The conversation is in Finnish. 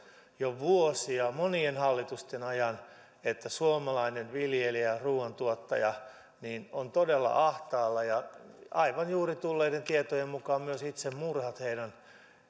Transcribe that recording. jo vuosia monien hallitusten ajan että suomalainen viljelijä ruuantuottaja on todella ahtaalla ja aivan juuri tulleiden tietojen mukaan myös itsemurhat heidän